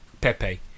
Pepe